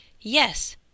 yes